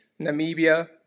Namibia